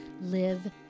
Live